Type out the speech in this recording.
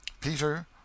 Peter